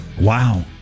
Wow